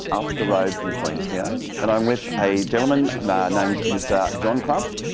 up the road from queenstown and um with a gentleman named mr. john crump.